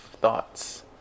thoughts